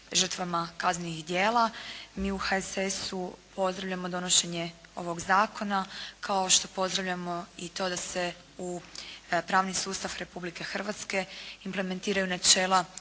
žrtvama kaznenih djela. Mi u HSS-u pozdravljamo donošenje ovog zakona kao što pozdravljamo i to da se u pravni sustav Republike Hrvatske implementiraju načela